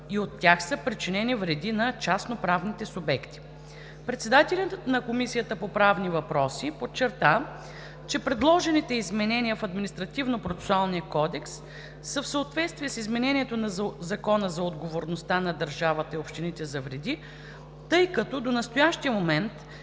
и от тях са причинени вреди на частноправните субекти. Председателят на Комисията по правни въпроси подчерта, че предложените изменения в Административнопроцесуалния кодекс са в съответствие с изменението на Закона за отговорността на държавата и общините за вреди, тъй като до настоящия момент